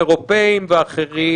אירופים ואחרים,